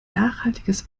nachhaltiges